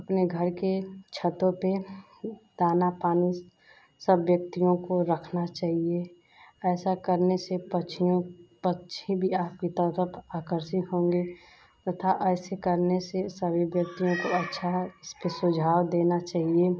अपने घर के छतों पर दाना पानी सब व्यक्तियों को रखना चाहिए ऐसा करने से पक्षियों पक्षी भी आपकी तरफ़ आकर्षित होंगे तथा ऐसे करने से सभी व्यक्तियों को अच्छा इस पर सुझाव देना चाहिए